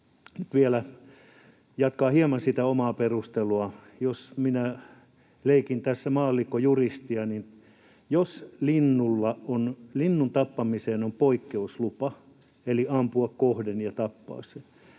nyt vielä jatkaa hieman sitä omaa perusteluani: Jos leikin tässä maallikkojuristia, niin jos linnun tappamiseen on poikkeuslupa eli saa ampua kohden ja tappaa sen,